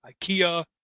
Ikea